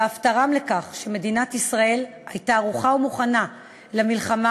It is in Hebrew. ואף תרם לכך שמדינת ישראל הייתה ערוכה ומוכנה למלחמה,